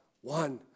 one